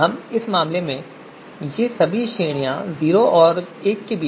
इस मामले में ये सभी श्रेणियां 0 और 1 के बीच हैं